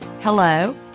hello